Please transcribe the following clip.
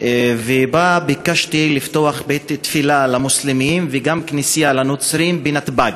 ובה ביקשתי לפתוח בית-תפילה למוסלמים וגם כנסייה לנוצרים בנתב"ג.